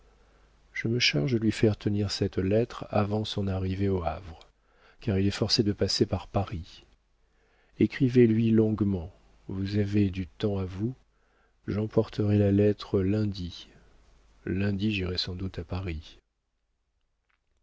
je me charge de lui faire tenir cette lettre avant son arrivée au havre car il est forcé de passer par paris écrivez lui longuement vous avez du temps à vous j'emporterai la lettre lundi lundi j'irai sans doute à paris